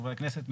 חברי הכנסת,